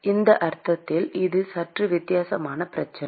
எனவே இந்த அர்த்தத்தில் இது சற்று வித்தியாசமான பிரச்சனை